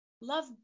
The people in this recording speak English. Love